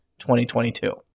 2022